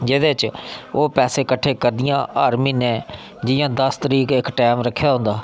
जेह्दे च ओह् पैसे कट्ठे करदियां हर म्हीनै जि'यां दस्स तरीक इक्क टैम रक्खे दा होंदा